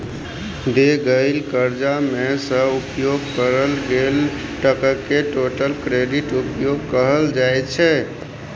देल गेल करजा मे सँ उपयोग कएल गेल टकाकेँ टोटल क्रेडिट उपयोग कहल जाइ छै